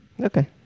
Okay